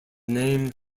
name